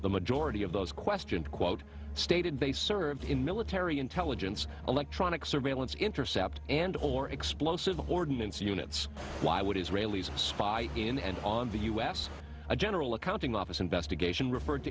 the majority of those questioned quote stated they served in military intelligence electronic surveillance intercept or explosive ordinance units why would israelis spy in and on the u s general accounting office investigation referred to